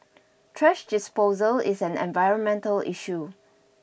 thrash disposal is an environmental issue